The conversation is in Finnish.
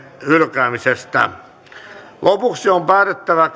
hylkäämisestä lopuksi on päätettävä